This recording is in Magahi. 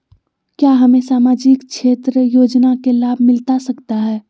क्या हमें सामाजिक क्षेत्र योजना के लाभ मिलता सकता है?